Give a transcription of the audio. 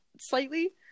slightly